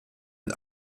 mit